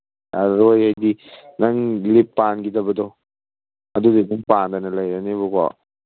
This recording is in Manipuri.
ꯌꯥꯔꯣꯏ ꯍꯥꯏꯗꯤ ꯅꯪ ꯂꯤꯞ ꯄꯥꯟꯒꯤꯗꯕꯗꯣ ꯑꯗꯨꯗꯤ ꯑꯗꯨꯝ ꯄꯥꯟꯗꯅ ꯂꯩꯔꯅꯦꯕꯀꯣ